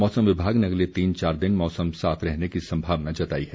मौसम विभाग ने अगले तीन चार दिन मौसम साफ रहने की संभावना जताई है